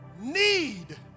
need